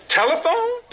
telephone